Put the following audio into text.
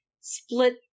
split